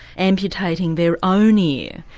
amputating their own ear,